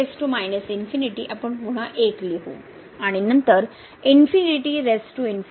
आणि आपण पुन्हा 1 लिहू आणि नंतर होईल